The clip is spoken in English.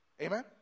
Amen